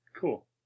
Cool